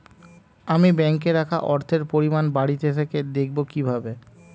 আমি ব্যাঙ্কে রাখা অর্থের পরিমাণ বাড়িতে থেকে দেখব কীভাবে?